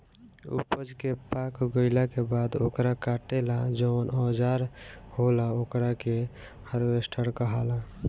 ऊपज के पाक गईला के बाद ओकरा काटे ला जवन औजार होला ओकरा के हार्वेस्टर कहाला